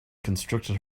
constricted